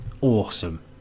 awesome